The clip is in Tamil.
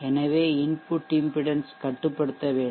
எனவே இன்புட் இம்பிடென்ஷ் கட்டுப்படுத்தப்பட வேண்டும்